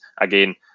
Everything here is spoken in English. Again